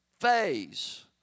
phase